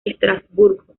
estrasburgo